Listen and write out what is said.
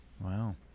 Wow